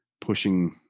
pushing